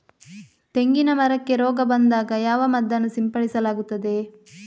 ತೆಂಗಿನ ಮರಕ್ಕೆ ರೋಗ ಬಂದಾಗ ಯಾವ ಮದ್ದನ್ನು ಸಿಂಪಡಿಸಲಾಗುತ್ತದೆ?